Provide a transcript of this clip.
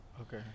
Okay